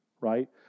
right